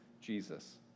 Jesus